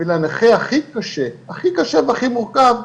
ולנכה הכי קשה והכי מורכב,